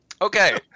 Okay